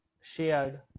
shared